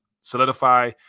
solidify